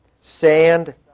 sand